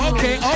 Okay